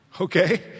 Okay